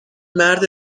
مرد